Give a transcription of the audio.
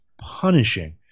punishing